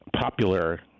popular